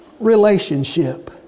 relationship